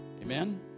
Amen